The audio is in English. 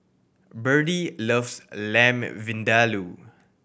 Berdie loves Lamb Vindaloo